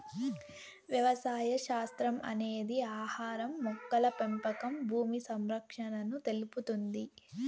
వ్యవసాయ శాస్త్రం అనేది ఆహారం, మొక్కల పెంపకం భూమి సంరక్షణను తెలుపుతుంది